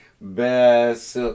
best